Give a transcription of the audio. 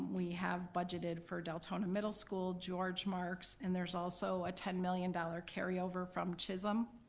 we have budgeted for deltona middle school, george marks, and there's also a ten million dollars carryover from chisholm